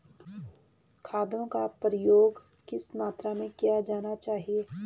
खादों का प्रयोग किस मात्रा में किया जाना चाहिए?